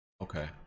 Okay